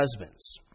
husbands